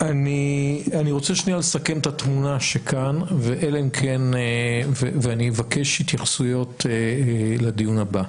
אני רוצה לסכם את התמונה שכאן ואני אבקש התייחסויות לדיון הבא.